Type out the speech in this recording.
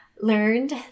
learned